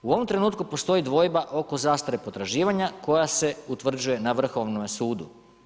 U ovom trenutku postoji dvojba oko zastare potraživanja, koja se utvrđuje na Vrhovnome sudu.